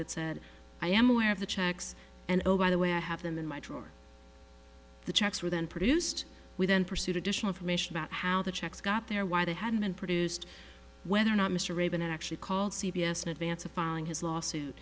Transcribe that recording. that said i am aware of the checks and oh by the way i have them in my drawer the checks were then produced within pursuit addition of mission about how the checks got there why they hadn't been produced whether or not mr reagan actually called c b s in advance of filing his lawsuit